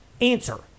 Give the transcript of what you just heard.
Answer